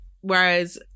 Whereas